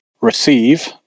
receive